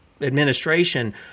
administration